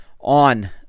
on